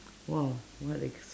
!wow! what a~